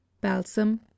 balsam